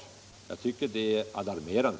Jag tycker att det är alarmerande.